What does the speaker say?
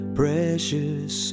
precious